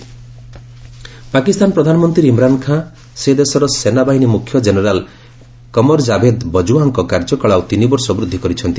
Pak army Pakistan ପ୍ରଧାନମନ୍ତ୍ରୀ ଇମ୍ରାନ୍ ଖାନ୍ ସେ ଦେଶର ସେନାବାହିନୀ ମୁଖ୍ୟ ଜେନେରାଲ୍ କମରଜାଭେଦ୍ ବକ୍ତୱାଙ୍କ କାର୍ଯ୍ୟକାଳ ଆଉ ତିନିବର୍ଷ ବୃଦ୍ଧି କରିଛନ୍ତି